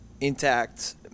intact